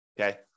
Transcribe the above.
okay